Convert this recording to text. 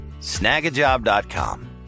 Snagajob.com